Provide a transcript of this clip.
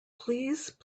please